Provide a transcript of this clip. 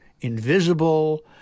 invisible